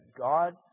God